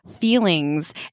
feelings